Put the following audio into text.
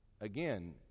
again